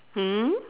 mm